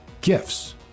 gifts